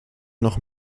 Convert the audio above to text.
noch